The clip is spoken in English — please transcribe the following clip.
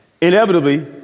Inevitably